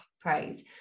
praise